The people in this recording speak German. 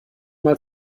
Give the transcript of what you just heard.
mal